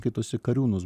skaitosi kariūnus